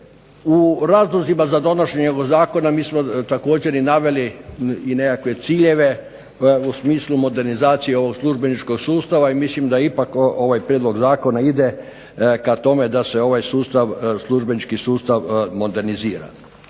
U razlozima za donošenje ovoga zakona mi smo također i naveli i nekakve ciljeve u smislu modernizacije ovog službeničkog sustava. I mislim da ipak ovaj prijedlog zakona ide ka tome da se ovaj sustav, službenički sustav modernizira.